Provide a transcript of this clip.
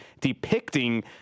depicting